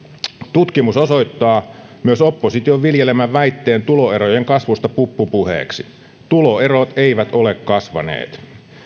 tutkimus osoittaa myös opposition viljelemän väitteen tuloerojen kasvusta puppupuheeksi tuloerot eivät ole kasvaneet